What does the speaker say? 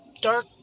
dark